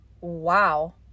wow